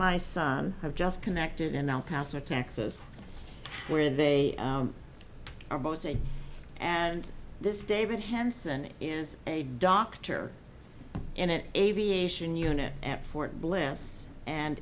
my son have just connected in el paso texas where they are both safe and this david hanson is a doctor and it aviation unit at fort bliss and